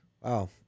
wow